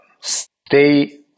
Stay